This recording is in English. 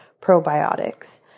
probiotics